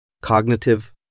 Cognitive